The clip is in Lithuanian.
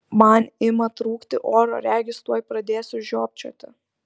man ima trūkti oro regis tuoj pradėsiu žiopčioti